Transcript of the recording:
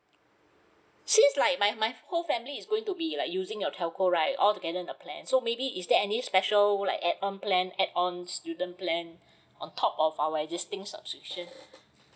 since like my my whole family is going to be like using your telco right altogether in the plan so maybe is there any special would like add on plan add on student plan on top of our existing subscription